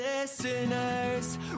listeners